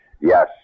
Yes